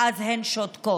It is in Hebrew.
ואז הן שותקות.